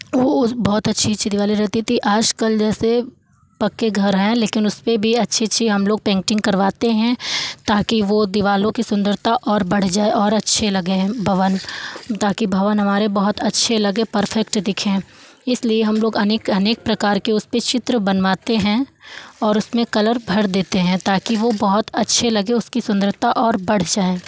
वो उस बहुत अच्छी अच्छी दीवारें रहती थी आजकल जैसे पक्के घर हैं लेकिन उसपे भी अच्छी अच्छी हम लोग पेंटिंग करवाते हैं ताकि वो दीवालों के सुंदरता और बढ़ जाए और अच्छे लगें हैं भवन ताकि भवन हमारे बहुत अच्छे लगें परफ़ेक्ट दिखें इसलिए हम लोग अनेक अनेक प्रकार के उसपे चित्र बनवाते हैं और उसमें कलर भर देते हैं ताकि वो बहुत अच्छे लगें उसकी सुंदरता और बढ़ जाए